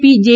P J